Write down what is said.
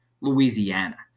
Louisiana